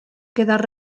quedar